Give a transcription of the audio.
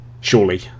surely